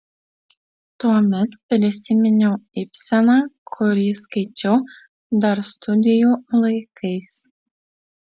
tuomet prisiminiau ibseną kurį skaičiau dar studijų laikais